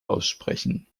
aussprechen